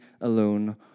alone